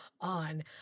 on